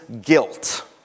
guilt